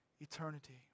eternity